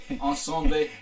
Ensemble